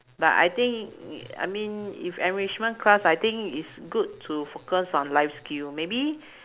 but I think I mean if enrichment class I think it's good to focus on life skill maybe